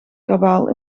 kabaal